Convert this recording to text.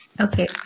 okay